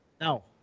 No